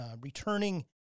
returning